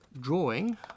drawing